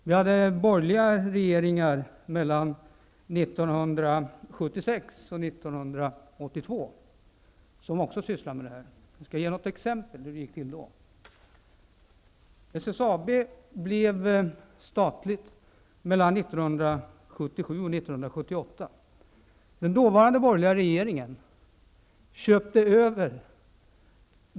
Vi hade borgerliga regeringar mellan 1976 och 1982 som också sysslade med företagsaffärer. Jag skall nämna något exempel på hur det gick till då.